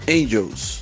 Angels